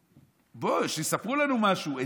יספרו לנו משהו,